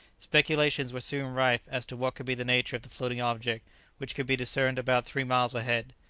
speculations were soon rife as to what could be the nature of the floating object which could be discerned about three miles ahead.